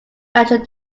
natural